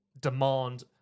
demand